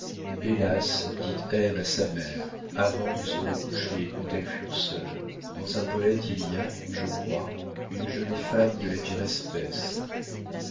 hélas dit ève à sa mère avant de se recoucher et quand elles furent seules dans un poète il y a je crois une jolie femme de la pire espèce